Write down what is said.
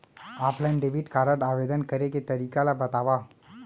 Offline debit card आवेदन करे के तरीका ल बतावव?